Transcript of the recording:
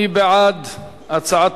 מי בעד הצעת